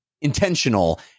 intentional